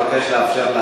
אבל אני מבקש לאפשר,